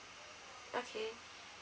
okay